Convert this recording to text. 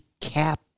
cap